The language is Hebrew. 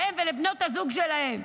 להם ולבנות הזוג שלהם.